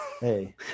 Hey